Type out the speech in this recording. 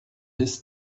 his